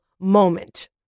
moment